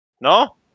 No